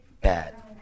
bad